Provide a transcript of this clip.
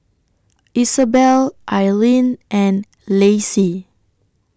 Isabelle Ailene and Lassie